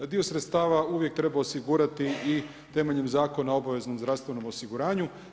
Dio sredstava uvijek treba osigurati i temeljem Zakona o obaveznom zdravstvenom osiguranju.